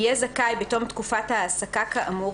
יהיה זכאי בתום תקופת ההעסקה כאמור